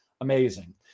Amazing